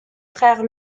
frères